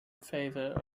favour